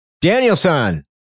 Danielson